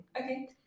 okay